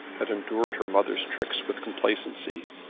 had endured her mother's tricks with complacency.